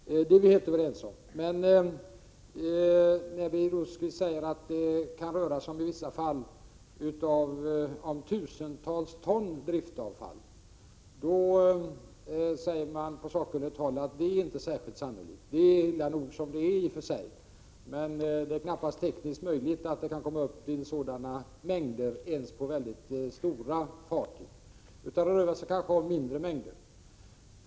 Det är vi helt överens om. Birger Rosqvist säger att det i vissa fall kan röra sig om tusentals ton driftavfall. På sakkunnigt håll säger man att detta inte är särskilt sannolikt. Det är illa nog som det är i och för sig, men det är knappast tekniskt möjligt att man kan komma upp till sådana mängder ens på väldigt stora fartyg. Det rör sig alltså om mindre mängder.